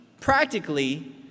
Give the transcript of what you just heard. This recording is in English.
practically